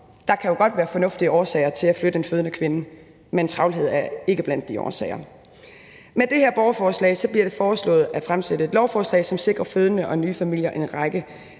Der kan jo godt være fornuftige årsager til at flytte en fødende kvinde, men travlhed er ikke blandt de årsager. Med det her borgerforslag bliver det foreslået at fremsætte et lovforslag, som sikrer fødende og nye familier en række